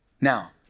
Now